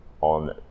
on